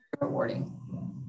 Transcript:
rewarding